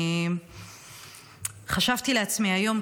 אני חשבתי לעצמי היום,